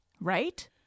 right